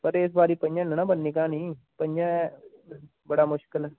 पर इस बारी पंजे नी ना बननी क्हानी पंजे बड़ा मुश्कल ऐ